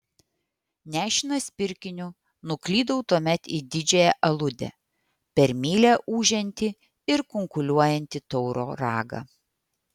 nešinas pirkiniu nuklydau tuomet į didžiąją aludę per mylią ūžiantį ir kunkuliuojantį tauro ragą